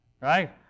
right